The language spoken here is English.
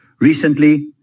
recently